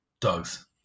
dogs